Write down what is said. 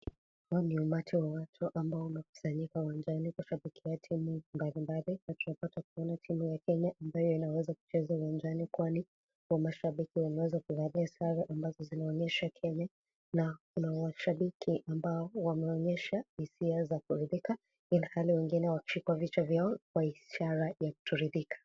Huu ni umati wa watu ambao umekusanyika uwanjani kushabikia timu mbalimbali wakiwapata kuona timu ya Kenya ambayo inaweza kucheza uwanjani kwani mashabiki wameweza kuvalia sare ambazo zinaonyesha Kenya na kuna mashabiki ambao wameonyesha hisia za kuridhika ilhali wengine wakishika vichwa vyao kwa ishara ya kutoridhika.